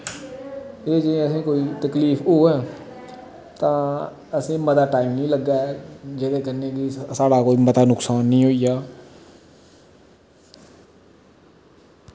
एह् जेही असें कोई तकलीफ होऐ तां असें मता टाइम नि लग्गै जेह्दे कन्नै की साढ़ा कोई मता नुकसान नि होई जा